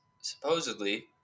supposedly